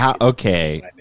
okay